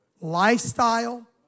lifestyle